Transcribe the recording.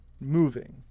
moving